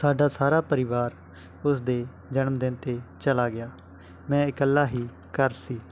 ਸਾਡਾ ਸਾਰਾ ਪਰਿਵਾਰ ਉਸ ਦੇ ਜਨਮ ਦਿਨ 'ਤੇ ਚਲਾ ਗਿਆ ਮੈਂ ਇਕੱਲਾ ਹੀ ਘਰ ਸੀ